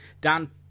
Dan